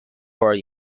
were